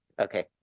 Okay